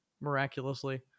miraculously